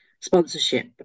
sponsorship